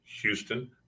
Houston